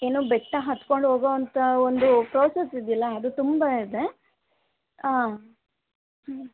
ಏನು ಬೆಟ್ಟ ಹತ್ಕೊಂಡು ಹೋಗೋ ಅಂಥ ಒಂದು ಪ್ರೋಸೆಸ್ ಇದೆಯಲ್ಲ ಅದು ತುಂಬ ಇದೆ ಹಾಂ